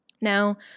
Now